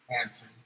answer